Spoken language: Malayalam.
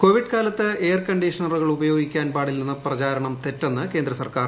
കോവിഡ് കാലത്ത് എയർ കണ്ടീഷണറുകൾ ഉപയോഗിക്കാൻ പാടില്ലെന്ന പ്രചരണം തെറ്റെന്ന് കേന്ദ്ര സർക്കാർ